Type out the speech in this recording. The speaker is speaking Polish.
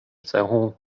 cechą